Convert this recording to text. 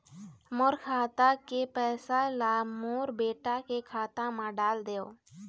मोर खाता के पैसा ला मोर बेटा के खाता मा डाल देव?